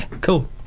cool